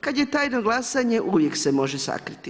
Kad je tajno glasanje uvijek se može sakriti.